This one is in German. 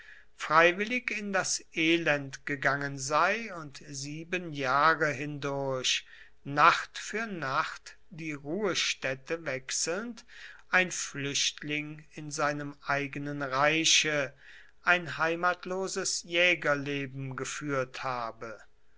freiwillig in das elend gegangen sei und sieben jahre hindurch nacht für nacht die ruhestätte wechselnd ein flüchtling in seinem eigenen reiche ein heimatloses jägerleben geführt habe